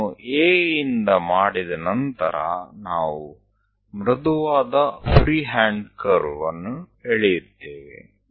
ಇದನ್ನು A ಯಿಂದ ಮಾಡಿದ ನಂತರ ನಾವು ಮೃದುವಾದ ಫ್ರೀಹ್ಯಾಂಡ್ ಕರ್ವ್ ಅನ್ನು ಎಳೆಯುತ್ತೇವೆ